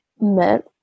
met